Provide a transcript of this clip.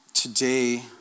Today